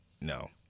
no